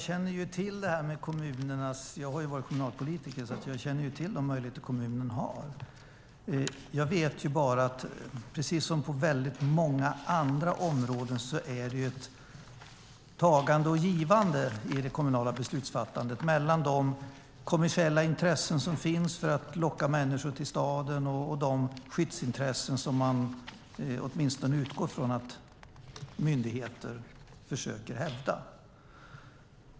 Fru talman! Jag har varit kommunalpolitiker, så jag känner till de möjligheter kommunen har. Precis som på väldigt många andra områden är det ett tagande och givande i det kommunala beslutsfattandet mellan de kommersiella intressen som finns för att locka människor till kommunen och de skyddsintressen som man åtminstone utgår från att myndigheterna försöker hävda.